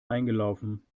eingelaufen